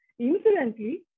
Incidentally